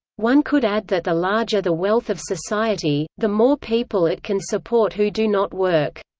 one could add that the larger the wealth of society, the more people it can support who do not work.